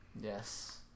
Yes